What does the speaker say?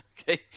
okay